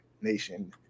Nation